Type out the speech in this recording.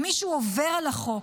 אם מישהו עובר על החוק,